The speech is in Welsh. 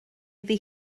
iddi